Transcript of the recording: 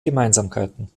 gemeinsamkeiten